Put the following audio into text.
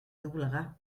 doblegar